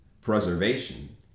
preservation